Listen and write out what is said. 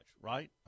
right